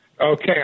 Okay